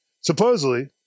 Supposedly